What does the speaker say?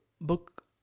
book